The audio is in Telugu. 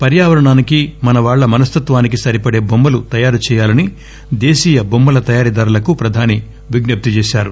పర్యావరణానికి మనవాళ్ళ మనస్తత్వానికి సరిపడే బొమ్మలు తయారు చేయాలని దేశీయ బొమ్మల తయారీదారులకు ప్రధాని విజ్ఞప్తి చేశారు